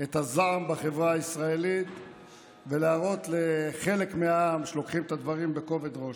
את הזעם בחברה הישראלית ולהראות לחלק מהעם שלוקחים את הדברים בכובד ראש.